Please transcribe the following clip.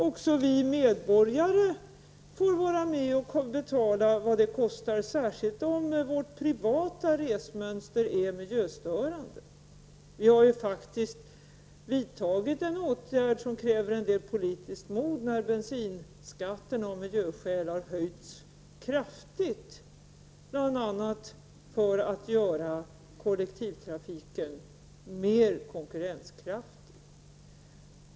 Även vi medborgare får vara med och betala vad det kostar, särskilt om vårt privata resmönster är miljöstörande. Vi vidtog en åtgärd som faktiskt krävde ett visst politiskt mod, när bensinskatten av miljöskäl höjdes kraftigt, bl.a. för att göra kollektivtrafiken mer konkurrenskraftig.